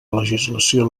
legislació